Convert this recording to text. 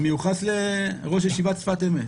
המיוחס לראש ישיבת שפת אמת.